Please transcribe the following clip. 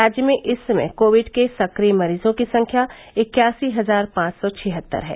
राज्य में इस समय कोविड के सक्रिय मरीजों की संख्या इक्यासी हजार पांच सौ छिहत्तर है